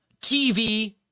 TV